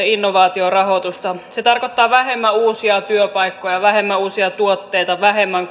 innovaatiorahoitusta se tarkoittaa vähemmän uusia työpaikkoja vähemmän uusia tuotteita vähemmän